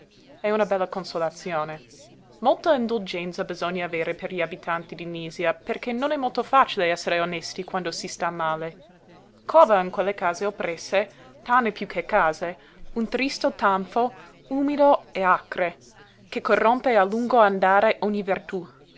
è una bella consolazione molta indulgenza bisogna avere per gli abitanti di nisia perché non è molto facile essere onesti quando si sta male cova in quelle case oppresse tane piú che case un tristo tanfo umido e acre che corrompe a lungo andare ogni